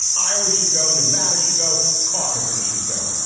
iowa should go. nevada should go. caucuses should go,